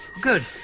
Good